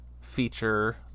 feature